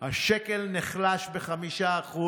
השקל נחלש ב-5%,